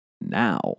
now